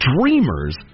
dreamers